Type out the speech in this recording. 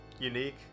unique